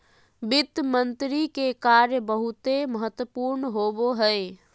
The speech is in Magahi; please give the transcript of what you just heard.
वित्त मंत्री के कार्य बहुते महत्वपूर्ण होवो हय